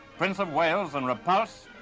prince of wales and repulse.